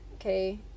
okay